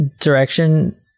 direction